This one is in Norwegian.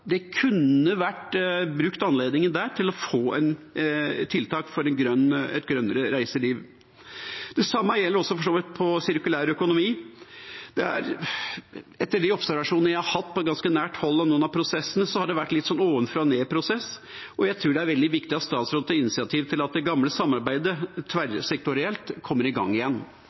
kunne brukt anledningen der til å få tiltak for et grønnere reiseliv. Det samme gjelder for så vidt også sirkulær økonomi. Etter de observasjonene jeg har hatt på ganske nært hold av noen av prosessene, har det vært en litt sånn ovenfra-og-ned-prosess, og jeg tror det er veldig viktig at statsråden tar initiativ til at det gamle samarbeidet tverrsektorielt kommer i gang igjen.